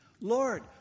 Lord